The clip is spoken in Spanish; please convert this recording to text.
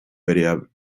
variables